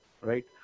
right